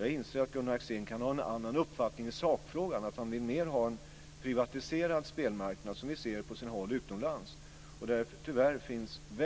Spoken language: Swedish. Jag inser att Gunnar Axén kan ha en annan uppfattning i sakfrågan och mer vill ha en privatiserad spelmarknad som vi ser på sina håll utomlands. Där finns det tyvärr